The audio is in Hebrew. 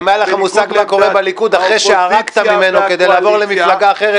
מה קורה בליכוד אחרי שערקת ממנו כדי לעבור ממנו למפלגה אחרת